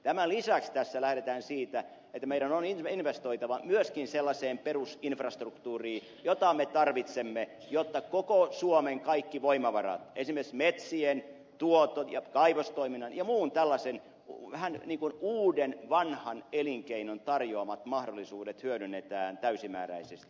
tämän lisäksi tässä lähdetään siitä että meidän on investoitava myöskin sellaiseen perusinfrastruktuuriin jota me tarvitsemme jotta koko suomen kaikki voimavarat esimerkiksi metsien tuoton ja kaivostoiminnan ja muun tällaisen vähän niin kuin uuden vanhan elinkeinon tarjoamat mahdollisuudet hyödynnetään täysimääräisesti